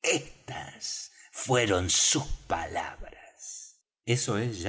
estas fueron sus palabras eso es ya